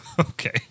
Okay